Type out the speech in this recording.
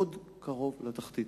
קרוב מאוד לתחתית.